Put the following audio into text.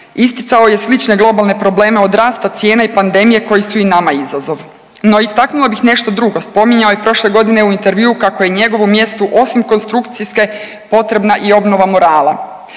isticao je slične globalne probleme od rasta cijena i pandemije koji su i nama izazov. No istaknula bih nešto drugo, spominjao je i prošle godine u intervjuu kako je njegovom mjestu osim konstrukcijske potrebna i obnova morala.